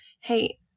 Hey